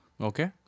Okay